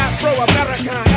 Afro-American